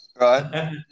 Right